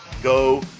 go